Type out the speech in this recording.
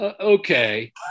Okay